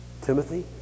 Timothy